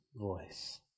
voice